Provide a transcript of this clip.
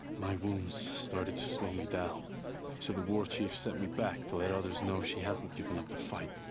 my wounds started to slow me down. so the warchief sent me back to let others know she hasn't given up the fight.